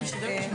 בוקר טוב,